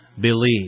Believe